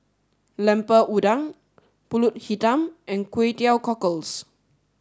Lemper Udang Pulut Hitam and Kway Teow Cockles